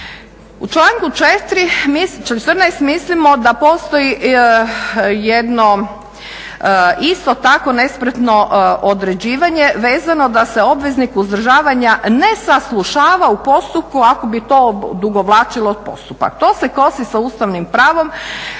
U članku 14. mislimo da postoji jedno isto tako nespretno određivanje, vezano da se obveznik uzdržavanja ne saslušava u postupku ako bi to odugovlačilo postupak. To se kosi sa ustavnim pravom